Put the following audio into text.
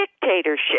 dictatorship